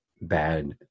bad